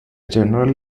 general